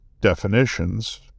definitions